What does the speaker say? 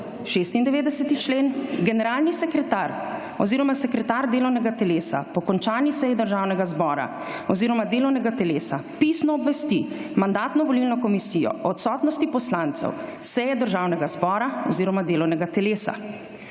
96. člen – generalni sekretar oziroma sekretar delovnega telesa, po končani seji Državnega zbora oziroma delovnega telesa, pisno obvesti Mandatno-volilno komisijo o odsotnosti poslancev s seje Državnega zbora oziroma delovnega telesa.